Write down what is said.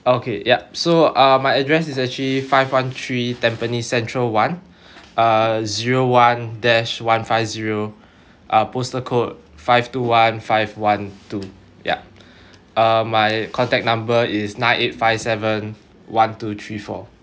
okay yup so uh my address is actually five one three tampines central one uh zero one dash one five zero uh postal code five two one five one two yup uh my contact number is nine eight five seven one two three four